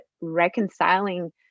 reconciling